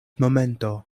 momento